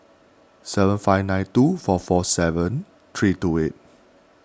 seven five nine two four four seven three two eight